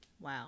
Wow